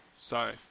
Sorry